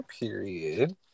period